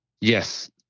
Yes